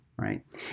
Right